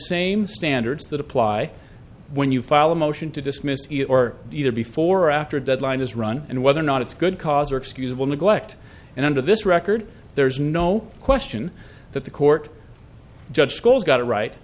same standards that apply when you file a motion to dismiss or either before or after a deadline is run and whether or not it's good cause or excusable neglect and under this record there's no question that the court judge schools got a ri